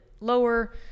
lower